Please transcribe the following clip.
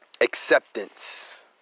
Acceptance